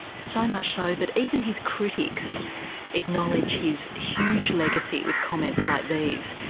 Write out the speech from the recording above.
so much so that even his critics acknowledge his huge legacy with comments like these.